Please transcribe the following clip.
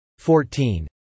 14